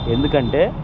ఎందుకంటే